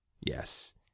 yes